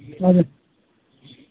हजुर